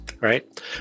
right